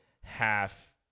half